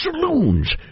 saloons